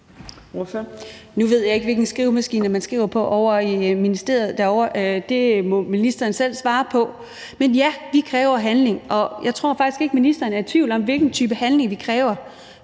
Nu ved jeg ikke, hvilke skrivemaskiner man skriver på ovre i ministeriet, det må ministeren selv svare på. Men ja, vi kræver handling, og jeg tror faktisk ikke, ministeren er i tvivl om, hvilken type handling vi kræver